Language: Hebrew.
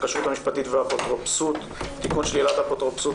הכשרות המשפטית והאפוטרופסות (תיקון שלילת אפוטרופסות